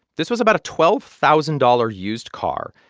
this was about a twelve thousand dollars used car.